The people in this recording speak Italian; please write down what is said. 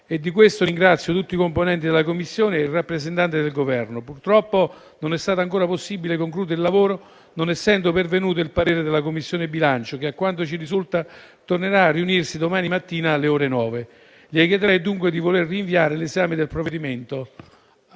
e di questo ringrazio tutti i componenti della Commissione e il rappresentante del Governo. Purtroppo, però, non è stato ancora possibile concludere il lavoro, non essendo pervenuto il parere della Commissione bilancio che, a quanto ci risulta, tornerà a riunirsi domani mattina alle ore 9. Signor Presidente, chiedo dunque di rinviare l'esame del provvedimento